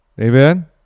amen